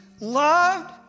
loved